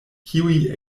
kiuj